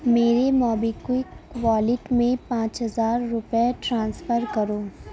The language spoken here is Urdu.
میرے موبی کوئک والیٹ میں پانچ ہزار روپئے ٹرانسفر کرو